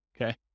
okay